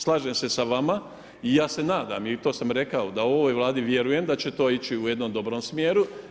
Slažem se sa vama i ja se nadam i to sam rekao, da ovoj Vladi vjerujem da će to ići u jednom smjeru.